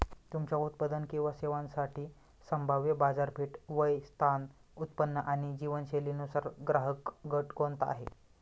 तुमच्या उत्पादन किंवा सेवांसाठी संभाव्य बाजारपेठ, वय, स्थान, उत्पन्न आणि जीवनशैलीनुसार ग्राहकगट कोणता आहे?